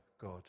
God